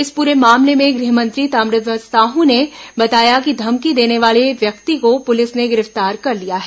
इस पूरे मामले में गृह मंत्री ताम्रध्वज साहू ने बताया कि धमकी देने वाले व्यक्ति को पुलिस ने गिरफ्तार कर लिया है